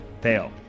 Fail